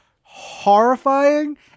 horrifying